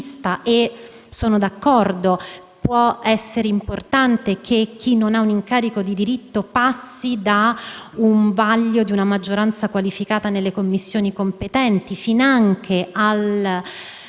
- sono d'accordo: può essere importante che chi non ha un incarico di diritto passi dal vaglio di una maggioranza qualificata nelle Commissioni competenti - finanche al